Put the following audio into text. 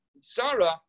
Sarah